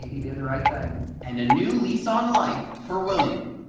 he he did the right thing and a new lease on life for william.